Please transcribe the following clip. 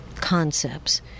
concepts